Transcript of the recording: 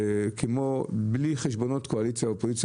בלי חשבונות קואליציה אופוזיציה.